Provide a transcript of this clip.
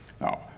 Now